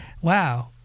Wow